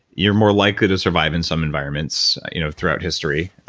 you're more likely to survive in some environments you know throughout history,